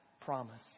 promise